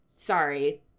Sorry